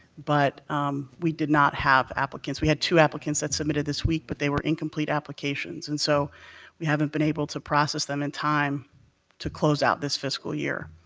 but we did not have applicants. we had two applicants that submitted this week, but they were incomplete applications, and so we haven't been able to process them in time to close out this fiscal year.